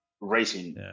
racing